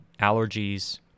allergies